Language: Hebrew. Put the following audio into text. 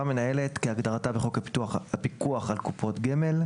מנהלת" - כהגדרתה בחוק הפיקוח על קופות הגמל;